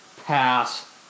pass